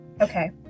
Okay